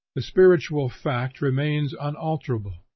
the spiritual fact remains unalterable,